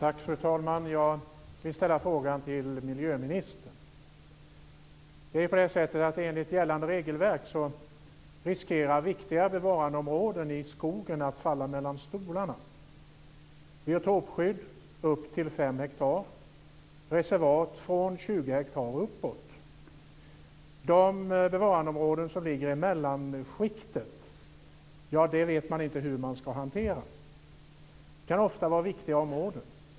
Fru talman! Jag vill ställa en fråga till miljöministern. Enligt gällande regelverk riskerar viktiga bevarandeområden i skogen att falla mellan stolarna. Det är biotopskydd upp till 5 hektar, och det är reservat från 20 hektar och uppåt. Man vet inte hur man ska hantera de bevarandeområden som ligger i mellanskiktet. Det kan ofta vara viktiga områden.